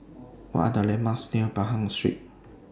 What Are The landmarks near Pahang Street